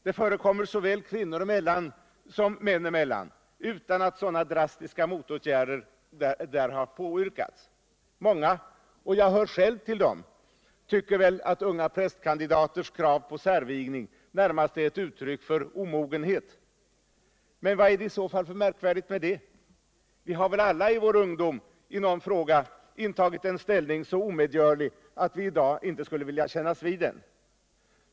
Det förekommer såväl kvinnor emellan som män cmellan utan sådana drastiska motåtgärder som här påyrkats. Många — och jag hör själv till dem — tycker väl att unga prästkandidaters krav på särvigning närmast är ett uttryck för omogenhet. Men vad är det i så fall för märkvärdigt med det? Vi har väl alla i vår ungdom i någon fråga intagit en ställning så omedgörlig att vi i dag inte skulle vilja kännas vid den.